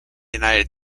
united